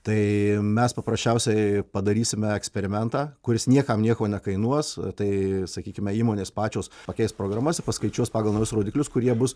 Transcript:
tai mes paprasčiausiai padarysime eksperimentą kuris niekam nieko nekainuos tai sakykime įmonės pačios pakeis programas ir paskaičiuos pagal naujus rodiklius kurie bus